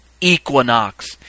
Equinox